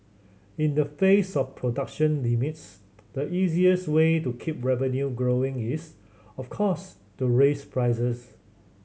in the face of production limits the easiest way to keep revenue growing is of course to raise prices